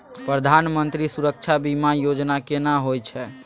प्रधानमंत्री सुरक्षा बीमा योजना केना होय छै?